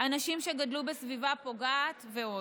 אנשים שגדלו בסביבה פוגעת ועוד.